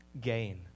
gain